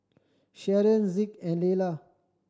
Sharon Zeke and Leila